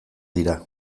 dira